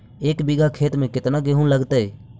एक बिघा खेत में केतना गेहूं लगतै?